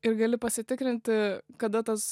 ir gali pasitikrinti kada tas